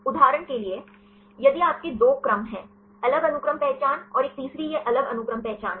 उदाहरण के लिए यदि आपके दो क्रम हैं अलग अनुक्रम पहचान और एक तीसरी यह अलग अनुक्रम पहचान है